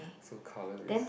so colour is